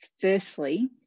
firstly